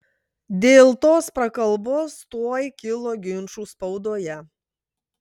dėl tos prakalbos tuoj kilo ginčų spaudoje